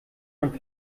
man